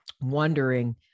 wondering